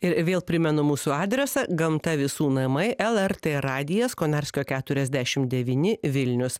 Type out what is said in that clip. ir vėl primenu mūsų adresą gamta visų namai lrt radijas konarskio keturiasdešimt devyni vilnius